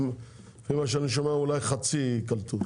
לפי מה שאני שומע אולי חצי יקלטו,